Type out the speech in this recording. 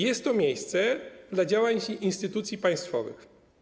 Jest to miejsce dla działań instytucji państwowych.